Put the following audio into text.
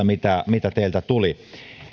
mitä mitä teiltä tuli